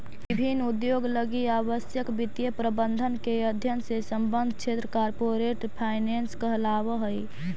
विभिन्न उद्योग लगी आवश्यक वित्तीय प्रबंधन के अध्ययन से संबद्ध क्षेत्र कॉरपोरेट फाइनेंस कहलावऽ हइ